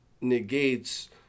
negates